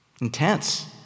Intense